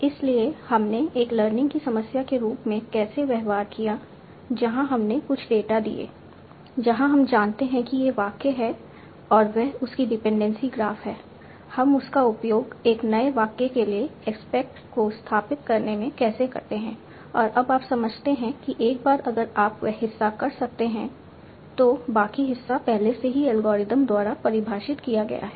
इसलिए हमने एक लर्निंग की समस्या के रूप में कैसे व्यवहार किया जहां हमने कुछ डेटा दिए जहां हम जानते हैं कि ये वाक्य हैं और वे इसकी डिपेंडेंसी ग्राफ हैं हम उसका उपयोग एक नए वाक्य के लिए एस्पेक्ट को स्थापित करने में कैसे करते हैं और अब आप समझते हैं कि एक बार अगर आप वह हिस्सा कर सकते हैं तो बाकी हिस्सा पहले से ही एल्गोरिथ्म द्वारा परिभाषित किया गया है